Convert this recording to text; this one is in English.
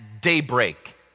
daybreak